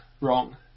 wrong